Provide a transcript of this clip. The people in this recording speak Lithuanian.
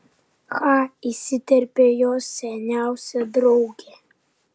cha įsiterpė jos seniausia draugė